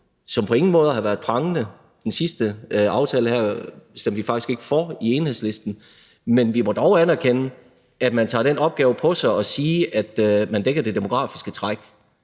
som på ingen måder har været prangende. Den sidste aftale her stemte vi faktisk ikke for i Enhedslisten, men vi må dog anerkende, at man tager den opgave på sig, at man dækker det demografiske træk,